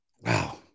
Wow